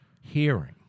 hearing